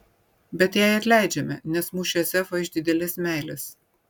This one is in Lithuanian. bet jai atleidžiame nes mušė zefą iš didelės meilės